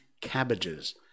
cabbages